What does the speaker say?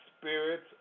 spirits